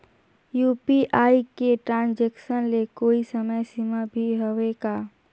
UPI के transaction ले कोई समय सीमा भी हवे का?